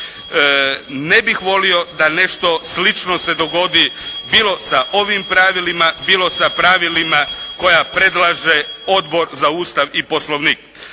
Ne bih volio da nešto slično se dogodi bilo sa ovim pravilima, bilo sa pravilima koja predlaže Odbor za Ustav i Poslovnik.